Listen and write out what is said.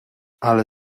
ale